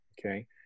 Okay